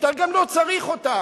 שאתה גם לא צריך אותם?